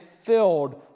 filled